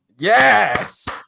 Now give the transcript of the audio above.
Yes